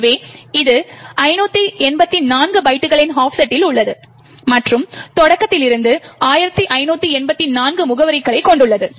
எனவே இது 584 பைட்டுகளின் ஆஃப்செட்டில் உள்ளது மற்றும் தொடக்கத்திலிருந்து 1584 முகவரியைக் கொண்டுள்ளது